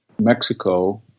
Mexico